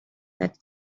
that